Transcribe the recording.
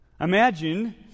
Imagine